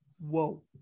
whoa